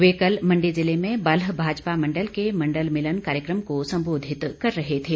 वे कल मण्डी जिले में बल्ह भाजपा मण्डल के मण्डल मिलन कार्यक्रम को सम्बोधित कर रहे थे